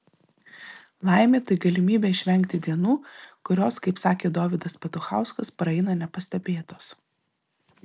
laimė tai galimybė išvengti dienų kurios kaip sakė dovydas petuchauskas praeina nepastebėtos